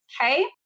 okay